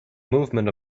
movement